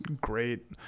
great